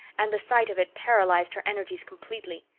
and the sight of it paralyzed her energies completely.